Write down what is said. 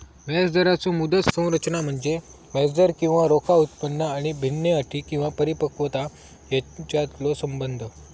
व्याजदराचो मुदत संरचना म्हणजे व्याजदर किंवा रोखा उत्पन्न आणि भिन्न अटी किंवा परिपक्वता यांच्यातलो संबंध